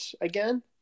again